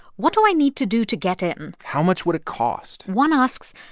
what do i need to do to get in? how much would it cost? one asks,